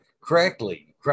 Correctly